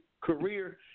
career